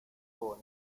pol